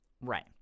Right